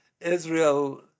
Israel